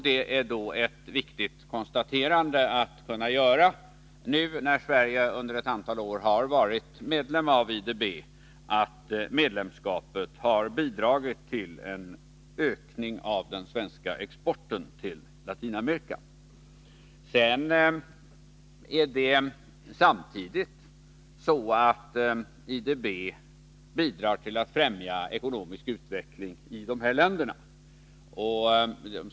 Det är då ett viktigt konstaterande att göra, nu när Sverige under ett antal år har varit medlem i IDB, att medlemskapet har bidragit till en ökning av den svenska exporten till Latinamerika. Samtidigt är det så att IDB bidrar till att främja ekonomisk utveckling i de här länderna.